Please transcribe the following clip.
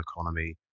economy